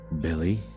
Billy